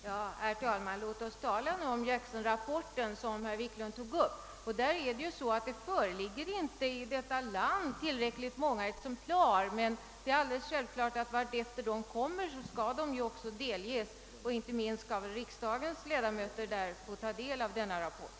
Herr talman! Låt oss nu tala om Jackson-rapporten som herr Wiklund tog upp. Det finns inte i detta land tillräckligt många exemplar av denna rapport, men det är självklart att de vartefter de kommer skall delas ut; inte minst skall riksdagens ledamöter då få ta del av denna rapport.